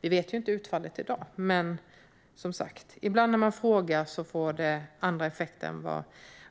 Vi vet ju inte utfallet i dag, men ibland får det andra effekter än